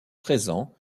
présents